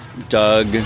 Doug